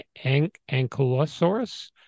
Ankylosaurus